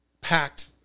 packed